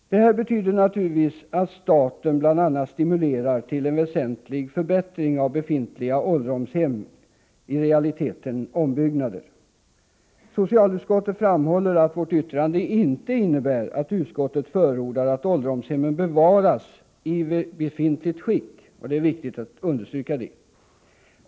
Detta innebär naturligtvis att staten bl.a. stimulerar till en väsentlig förbättring av befintliga ålderdomshem — i realiteten ombyggnader. Socialutskottet framhåller att vårt yttrande inte innebär att utskottet förordar att ålderdomshemmen bevaras i befintligt skick. Det är viktigt att understryka detta.